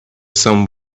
some